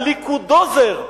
"הליכודוזר",